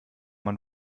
man